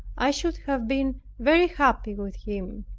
i should have been very happy with him.